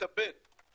לטפל